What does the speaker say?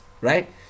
right